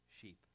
sheep